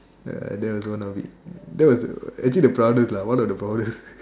uh that was one of it that was actually the proudest lah one of the proudest